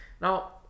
Now